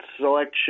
selection